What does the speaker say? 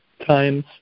times